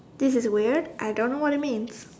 this is weird I don't know what it means